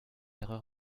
erreur